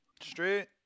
Straight